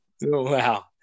Wow